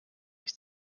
siis